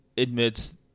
admits